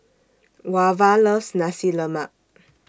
Wava loves Nasi Lemak